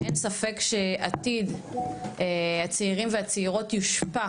ואין ספק שעתיד הצעירים והצעירות יושפע